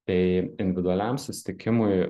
tai individualiam susitikimui